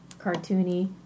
Cartoony